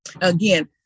Again